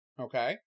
Okay